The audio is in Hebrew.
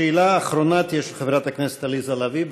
השאלה האחרונה תהיה של חברת הכנסת עליזה לביא.